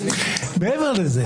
מעבר לזה,